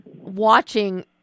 watching